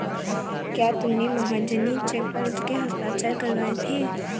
क्या तुमने महाजनी चेक पर उसके हस्ताक्षर करवाए थे?